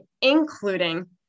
Including